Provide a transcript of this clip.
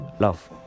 Love